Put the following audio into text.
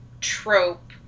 trope